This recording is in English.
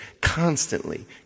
constantly